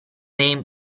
name